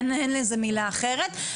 אין לזה מילה אחרת.